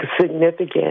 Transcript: significant